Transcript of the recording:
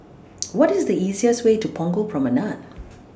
What IS The easiest Way to Punggol Promenade